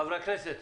חברי הכנסת,